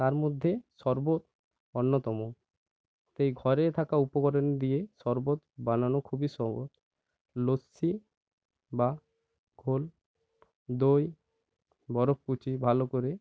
তার মধ্যে শরবত অন্যতম সেই ঘরে থাকা উপকরণ দিয়ে শরবত বানানো খুবই সহজ লস্যি বা ঘোল দই বরফ কুচি ভালো করে